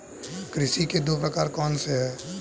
कृषि के दो प्रकार कौन से हैं?